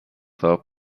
help